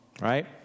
right